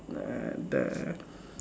the